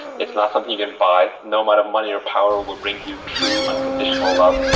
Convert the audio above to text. it's not something you can buy. no amount of money or power will bring you true, unconditional love.